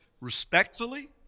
respectfully